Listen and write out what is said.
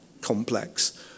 complex